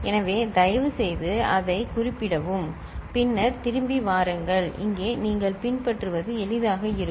எனவே தயவுசெய்து அதைக் குறிப்பிடவும் பின்னர் திரும்பி வாருங்கள் இங்கே நீங்கள் பின்பற்றுவது எளிதாக இருக்கும்